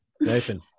Nathan